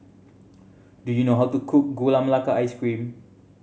do you know how to cook Gula Melaka Ice Cream